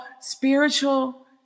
spiritual